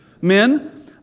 Men